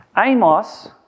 Amos